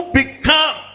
become